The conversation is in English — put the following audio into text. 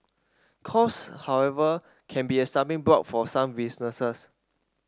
cost however can be a stumbling block for some businesses